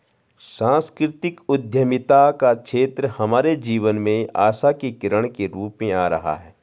सांस्कृतिक उद्यमिता का क्षेत्र हमारे जीवन में आशा की किरण के रूप में आ रहा है